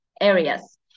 areas